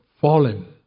fallen